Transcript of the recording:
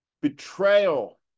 Betrayal